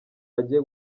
agiye